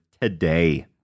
today